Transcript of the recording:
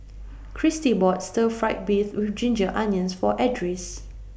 Kristy bought Stir Fry Beef with Ginger Onions For Edris